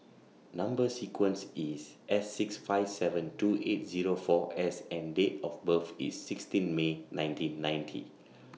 Number sequence IS S six five seven two eight Zero four S and Date of birth IS sixteen May nineteen ninety